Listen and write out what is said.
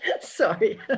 Sorry